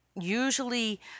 usually